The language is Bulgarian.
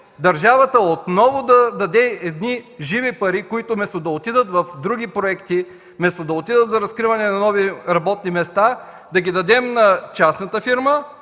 държавата отново да даде живи пари, които вместо да отидат в други проекти, вместо да отидат за разкриване на нови работни места, да ги дадем на частната фирма,